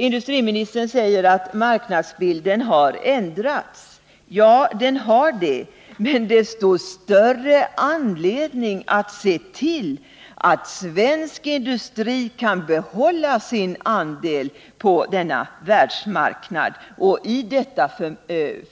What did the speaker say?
Industriministern säger att marknadsbilden har ändrats. Ja, den har det, men desto större anledning är det då att se till, att svensk industri kan behålla sin andel på världsmarknaden i detta